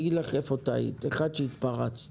אגיד לך איפה טעית: 1. שהתפרצת,